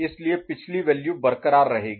इसलिए पिछली वैल्यू बरकरार रहेगी